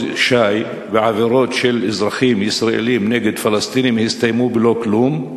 ש"י בעבירות של אזרחים ישראלים נגד פלסטינים הסתיימו בלא כלום,